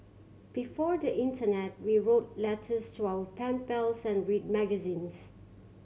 before the internet we wrote letters to our pen pals and read magazines